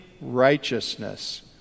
righteousness